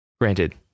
Granted